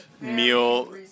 meal